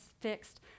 fixed